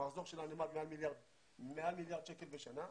המחזור של הנמל מעל מיליארד שקל בשנה,